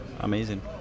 amazing